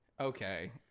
Okay